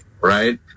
right